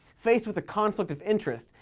faced with a conflict of interest,